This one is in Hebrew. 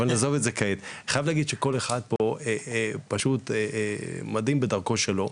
חייב להגיד שכל אחד פה פשוט מדהים בדרכו שלו,